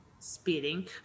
speeding